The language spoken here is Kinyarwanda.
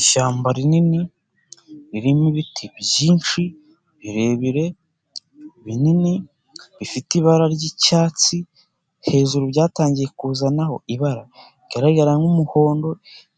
Ishyamba rinini, ririmo ibiti byinshi, birebire, binini, bifite ibara ry'icyatsi, hejuru byatangiye kuzanaho ibara rigaragara nk'umuhondo,